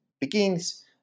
begins